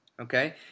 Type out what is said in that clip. Okay